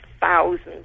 thousands